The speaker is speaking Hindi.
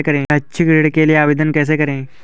शैक्षिक ऋण के लिए आवेदन कैसे करें?